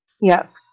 Yes